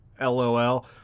LOL